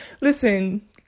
listen